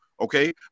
okay